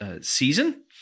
season